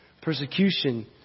persecution